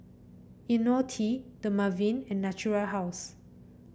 IoniL T Dermaveen and Natura House